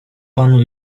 panu